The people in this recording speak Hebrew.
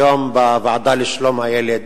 היום בוועדה לשלום הילד